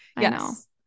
yes